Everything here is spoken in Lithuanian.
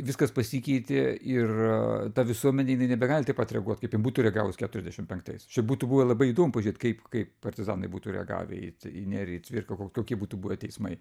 viskas pasikeitė ir ta visuomenė nebegali taip pat reaguot kaip jin būtų reagavus keturiasdešim penktais čia būtų buvę labai įdomu pažiūrėt kaip kaip partizanai būtų reagavę į į nerį į cvirką ko kokie būtų buvę teismai